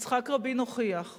יצחק רבין הוכיח שכוח,